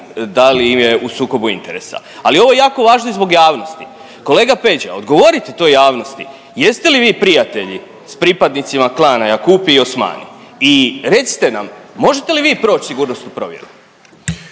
da li je u sukobu interesa? Ali ovo je jako važno i zbog javnosti. Kolega Peđa, odgovoriti toj javnosti jeste li vi prijatelji s pripadnicima klana Jakupi i Osmani i recite nam možete li vi proći sigurnosnu provjeru?